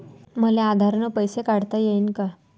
मले आधार न पैसे काढता येईन का?